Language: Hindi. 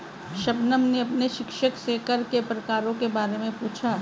शबनम ने अपने शिक्षक से कर के प्रकारों के बारे में पूछा